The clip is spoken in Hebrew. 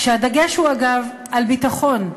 כשהדגש הוא, אגב, על ביטחון,